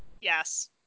Yes